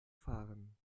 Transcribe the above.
fahren